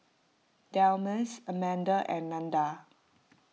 Delmus Amanda and Nada